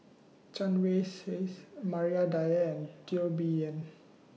Chen Wen Hsi's Maria Dyer and Teo Bee Yen